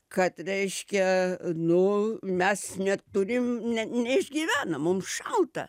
kad reiškia nu mes neturim ne neišgyvenam mum šalta